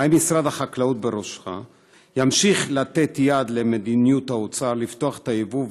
האם משרד החקלאות בראשך ימשיך לתת יד למדיניות האוצר לפתוח את היבוא,